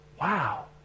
wow